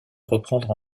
reprendre